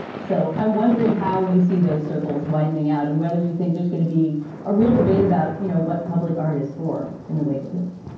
so i'm wondering how you see those circles widening out and whether you think there's going to be a real debate about, you know, what public art is for in the wake of this